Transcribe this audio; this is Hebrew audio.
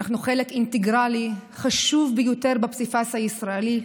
אנחנו חלק אינטגרלי חשוב ביותר בפסיפס הישראלי,